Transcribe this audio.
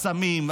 הסמים,